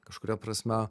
kažkuria prasme